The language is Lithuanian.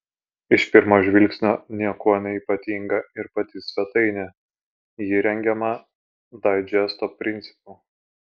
iš pirmo žvilgsnio niekuo neypatinga ir pati svetainė ji rengiama daidžesto principu